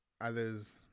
others